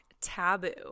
Taboo